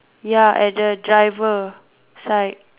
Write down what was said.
ya at the driver side